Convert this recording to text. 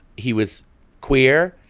he was queer.